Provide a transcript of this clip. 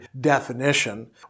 definition